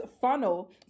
funnel